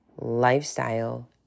lifestyle